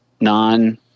non –